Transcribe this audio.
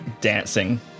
dancing